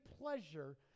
pleasure